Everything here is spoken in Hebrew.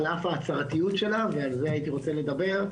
על אף ההצהרתיות שלה ועל זה הייתי רוצה לדבר.